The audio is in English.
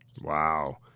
Wow